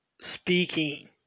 speaking